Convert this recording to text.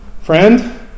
friend